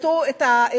שישפטו את הנשים?